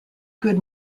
good